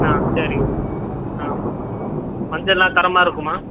ஆ சரி ஆ மஞ்சள்லாம் தரமாக இருக்குமா